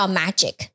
magic